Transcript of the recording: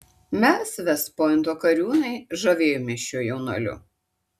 mes vest pointo kariūnai žavėjomės šiuo jaunuoliu